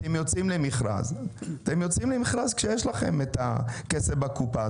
אתם יוצאים למכרז כשיש לכם את הכסף בקופה,